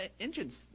engine's